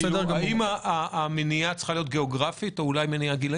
האם המניעה צריכה להיות גיאוגרפית או אולי גילאית?